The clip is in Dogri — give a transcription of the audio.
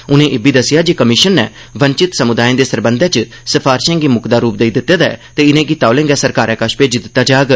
उनें इब्बी दस्सेआ जे कमिशन नै वंचित समुदायें दे सरबंधै च सफारशें गी मुक्कदा रूप देई दित्ते दा ऐ ते इनें गी तौले गै सरकारै कश भेजी दित्ता जाग